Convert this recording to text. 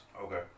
Okay